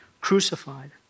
crucified